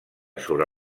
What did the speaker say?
sobre